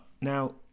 now